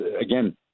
again